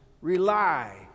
rely